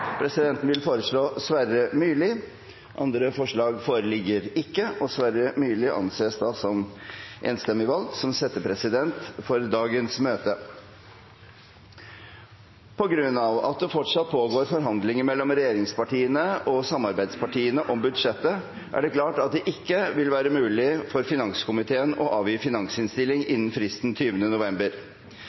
Presidenten vil foreslå Sverre Myrli. – Andre forslag foreligger ikke, og Sverre Myrli anses enstemmig valgt som settepresident for dagens møte. Fordi det fortsatt pågår forhandlinger mellom regjeringspartiene og samarbeidspartiene om budsjettet, er det klart at det ikke vil være mulig for finanskomiteen å avgi finansinnstilling innen fristen, 20. november.